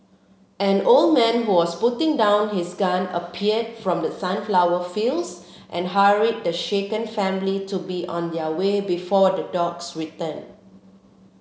an old man who was putting down his gun appeared from the sunflower fields and hurried the shaken family to be on their way before the dogs return